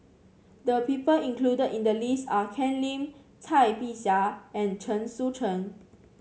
the people included in the list are Ken Lim Cai Bixia and Chen Sucheng